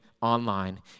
online